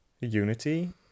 unity